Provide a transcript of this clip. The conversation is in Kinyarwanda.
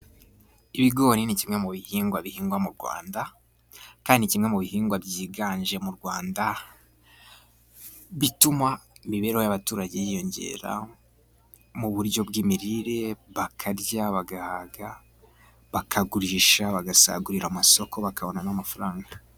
Ibigori ni kimwe mu bihingwa bihingwa mu Rwanda, kandi ni kimwe mu bihingwa byiganje mu Rwanda bituma imibereho y'abaturage yiyongera, mu buryo bw'imirire bakarya bagahaga, bakagurisha bagasagurira amasoko, bakabona n'amafaranga.